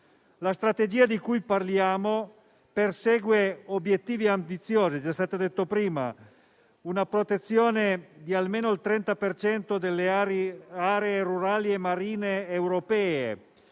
La strategia di cui parliamo persegue obiettivi ambiziosi, come è stato detto prima: una protezione di almeno il 30 per cento delle aree rurali e marine europee;